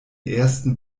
ersten